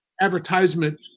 Advertisement